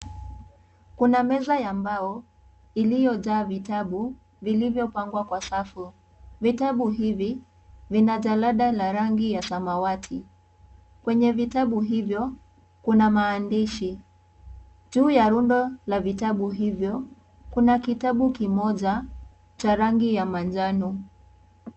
Kuna meza ya mbao iliyojaa vitabu vilivyopangwa kwa safu. Vitabu hivi vina jalada la rangi ya samawati, kwenye vitabu hivyo kuna maandishi. Juu ya rundo la vitabu hivyo kuna kitabu kimoja cha rangi ya manjano.